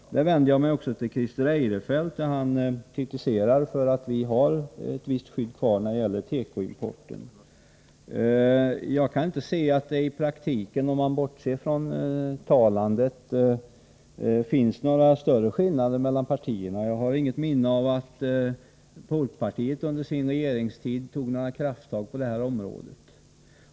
Sedan vänder jag mig till Christer Eirefelt, som kritiserar det förhållandet att vi har ett visst skydd kvar när det gäller tekoimporten. Jag kan inte se att det i praktiken — jag bortser alltså från vad som förs fram i tal — finns några större skillnader mellan partierna. Jag har inget minne av att folkpartiet under sin regeringstid tog några krafttag på det här området.